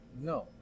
No